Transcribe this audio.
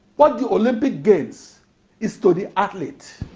what the olympic games is to the athlete.